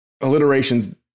alliteration's